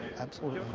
absolutely.